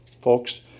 Folks